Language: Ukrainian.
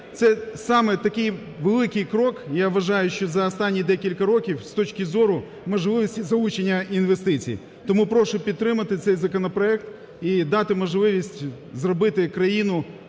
це саме такий, великий крок, я вважаю, що за останні декілька років, з точки зору можливості залучення інвестицій. Тому прошу підтримати цей законопроект – і дати можливість зробити країну